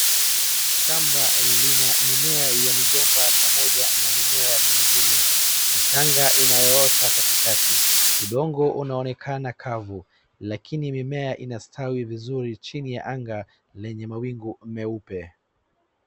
Shamba lina mimea ya migomba pamoja na mimea mingine michanga inayoota katikati. Udongo unaonekana kavu lakini mimea inastawi vizuri chini ya anga lenye mawingu meupe.